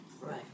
Right